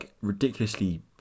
ridiculously